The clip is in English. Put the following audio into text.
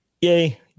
Yay